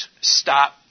stop